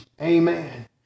Amen